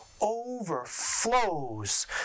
overflows